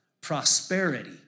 prosperity